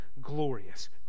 glorious